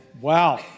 Wow